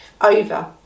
over